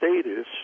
status